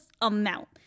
amount